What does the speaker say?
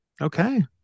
Okay